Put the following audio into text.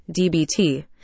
DBT